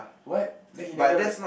what then he never